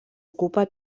ocupa